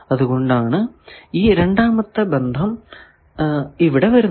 അതുകൊണ്ടാണ് ഈ രണ്ടാമത്തെ ബന്ധം ഇവിടെ വരുന്നത്